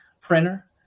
printer